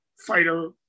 Fighter